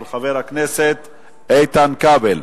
של חבר הכנסת איתן כבל.